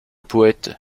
poète